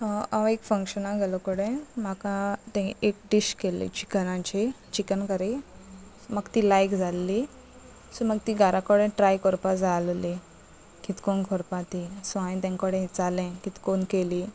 हांव एक फंक्शनाक गेलो कडेन म्हाका ते डीश केल्ली चिकनाची चिकन करी म्हाका ती लायक जाल्ली सो म्हाका ती घरा कडेन ट्राय करपा जाय आसली कितको करपा ती सो हांवें तें कडेन कितें करून केली